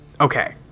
Okay